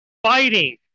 fighting